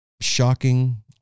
shocking